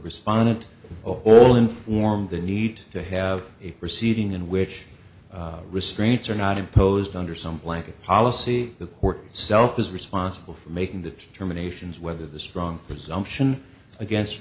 respondent all inform the need to have a proceeding in which restraints are not imposed under some blanket policy the court itself is responsible for making that determination is whether the strong presumption against